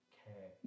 care